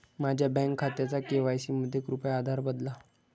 माझ्या बँक खात्याचा के.वाय.सी मध्ये कृपया आधार बदला